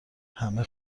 همه